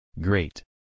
Great